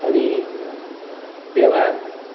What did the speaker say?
अनि व्यवहार